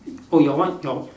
oh your one your